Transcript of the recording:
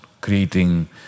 creating